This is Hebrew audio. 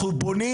אנחנו בונים